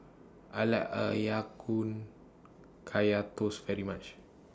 I like A Ya Kun Kaya Toast very much